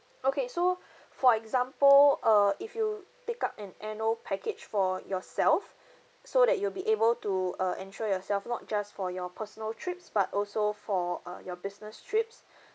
okay so for example uh if you take up an annual package for yourself so that you'll be able to uh insure yourself not just for your personal trips but also for uh your business trips